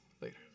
later